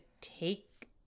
take